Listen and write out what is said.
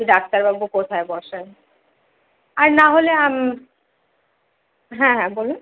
ডাক্তারবাবু কোথায় বসেন আর নাহলে হ্যাঁ হ্যাঁ বলুন